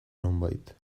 nonbait